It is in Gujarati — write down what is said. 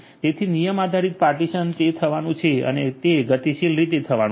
તેથી નિયમ આધારિત પાર્ટીશન તે થવાનું છે અને તે ગતિશીલ રીતે થવાનું છે